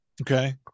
Okay